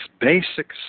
basic